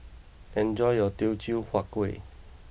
enjoy your Teochew Huat Kuih